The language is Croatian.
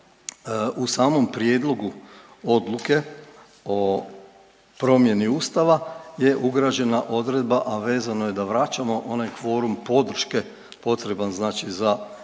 u samom Prijedlogu odluke o promjeni Ustava je ugrađena odredba, a vezano je da vraćamo onaj kvorum podrške potreban za uspješno